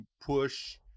push